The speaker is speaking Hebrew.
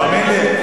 תאמין לי,